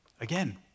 Again